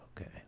Okay